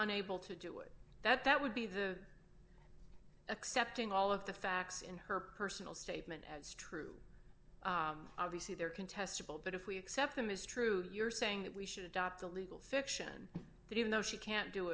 unable to do it that that would be the accepting all of the facts in her personal statement as true obviously there contestable but if we accept them is true you're saying that we should adopt a legal fiction that even though she can't do